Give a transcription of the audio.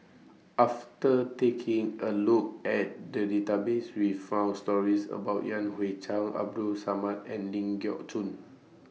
after taking A Look At The Database We found stories about Yan Hui Chang Abdul Samad and Ling Geok Choon